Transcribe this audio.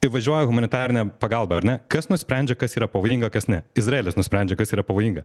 įvažiuoja humanitarinė pagalba ar ne kas nusprendžia kas yra pavojinga kas ne izraelis nusprendžia kas yra pavojinga